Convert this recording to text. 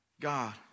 God